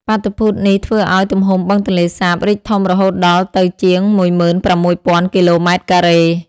បាតុភូតនេះធ្វើឲ្យទំហំបឹងទន្លេសាបរីកធំរហូតដល់ទៅជាង ១៦.០០០ គីឡូម៉ែត្រការ៉េ។